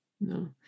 No